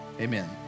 amen